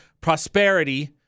prosperity